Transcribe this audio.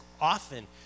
often